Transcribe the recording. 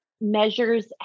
measures